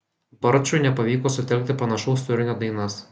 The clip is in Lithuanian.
barčui nepavyko sutelkti panašaus turinio dainas